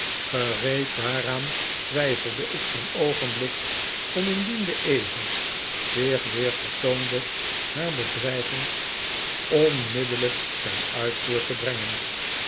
gereed daaraan twijfel ik geen oogenblik om indien de ezel zich weer vertoonde haar bedreiging onmiddellijk ten uitvoer te brengen